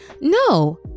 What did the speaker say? no